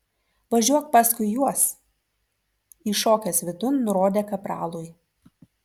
važiuok paskui juos įšokęs vidun nurodė kapralui